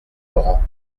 laurent